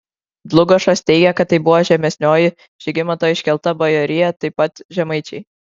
dlugošas teigia kad tai buvo žemesnioji žygimanto iškelta bajorija taip pat žemaičiai